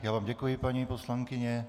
Já vám děkuji, paní poslankyně.